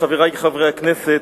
חברי חברי הכנסת,